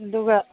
ꯑꯗꯨꯒ